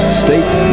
state